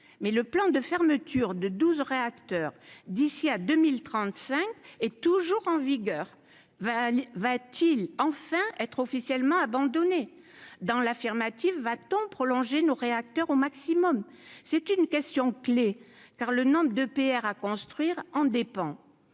mais le plan de fermeture de 12 réacteurs d'ici à 2035 et toujours en vigueur, va, va-t-il enfin être officiellement abandonné dans l'affirmative, va-t-on prolonger nos réacteurs au maximum, c'est une question clé car le nombre d'EPR à construire en dépend